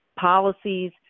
policies